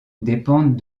dépendent